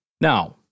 Now